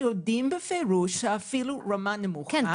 יודעים בפירוש שאפילו רמה נמוכה --- כן,